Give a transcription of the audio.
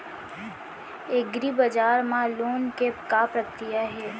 एग्रीबजार मा लोन के का प्रक्रिया हे?